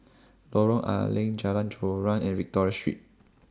Lorong A Leng Jalan Joran and Victoria Street